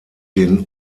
den